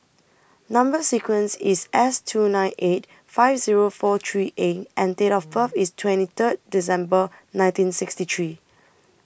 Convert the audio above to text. Number sequence IS S two nine eight five Zero four three A and Date of birth IS twenty Third December nineteen sixty three